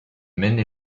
maine